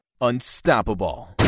Unstoppable